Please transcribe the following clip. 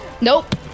Nope